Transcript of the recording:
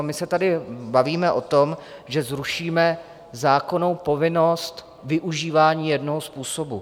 My se tady bavíme o tom, že zrušíme zákonnou povinnost využívání jednoho způsobu.